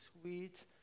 sweet